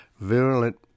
virulent